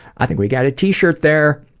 i think we got a t-shirt there!